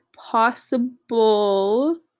possible